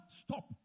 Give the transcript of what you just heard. stop